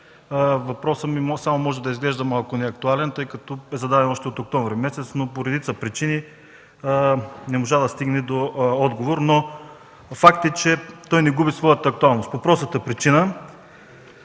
въпросът ми може да изглежда малко неактуален, тъй като е зададен още през месец октомври, но по редица причини не можа да стигне до отговор. Факт е, че той не губи своята актуалност по простата причина,